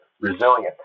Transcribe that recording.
resilient